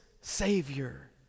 Savior